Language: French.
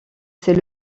c’est